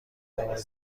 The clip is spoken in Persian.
بمانید